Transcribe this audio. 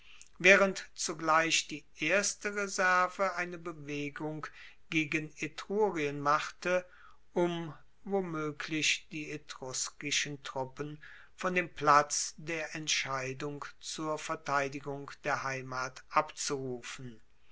waehrend zugleich die erste reserve eine bewegung gegen etrurien machte um womoeglich die etruskischen truppen von dem platz der entscheidung zur verteidigung der heimat abzurufen